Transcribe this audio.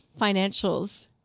financials